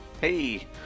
Hey